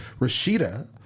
Rashida